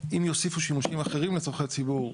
אם יוסיפו שימושים אחרים לצורכי ציבור,